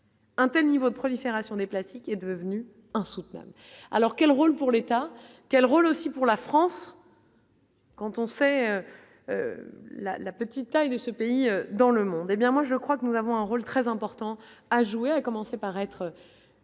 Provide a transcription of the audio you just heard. Anthony votre prolifération des plastiques est devenue insoutenable alors quel rôle pour l'État, quel rôle aussi pour la France. Quand on sait la petite taille de ce pays dans le monde, hé bien moi, je crois que nous avons un rôle très important à jouer, a commencé par être